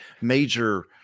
major